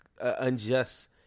unjust